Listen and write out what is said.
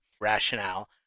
rationale